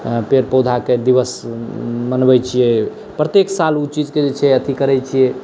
पेड़ पौधाके दिवस मनबैत छियै प्रत्येक साल ओ चीजकेँ जे छै अथी करैत छियै